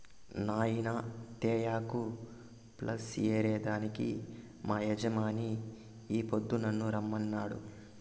నాయినా తేయాకు ప్లస్ ఏరే దానికి మా యజమాని ఈ పొద్దు నన్ను రమ్మనినాడు